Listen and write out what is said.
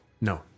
No